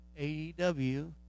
AEW